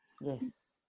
yes